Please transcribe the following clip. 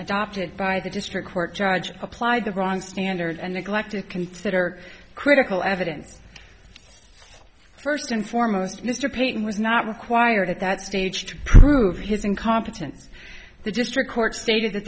adopted by the district court judge applied the wrong standard and neglected consider critical evidence first and foremost mr paine was not required at that stage to prove his incompetence the district court stated that